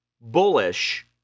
bullish